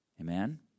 Amen